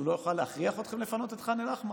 לא יכול להכריח אתכם לפנות את ח'אן אל-אחמר?